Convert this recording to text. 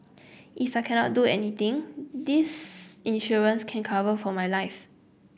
if I cannot do anything this insurance can cover for my life